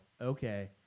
Okay